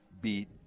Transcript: beat